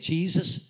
Jesus